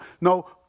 No